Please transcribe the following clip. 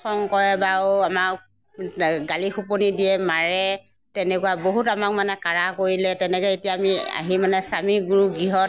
খং কৰে বা আৰু আমাক গা গালি শপনি দিয়ে মাৰে তেনেকুৱা বহুত আমাক মানে কাঢ়া কৰিলে তেনেকৈ এতিয়া আহি মানে স্বামী গুৰু গৃহত